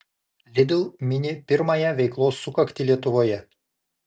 lidl mini pirmąją veiklos sukaktį lietuvoje